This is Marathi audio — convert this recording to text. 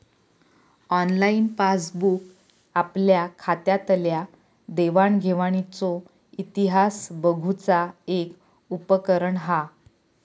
ऑनलाईन पासबूक आपल्या खात्यातल्या देवाण घेवाणीचो इतिहास बघुचा एक उपकरण हा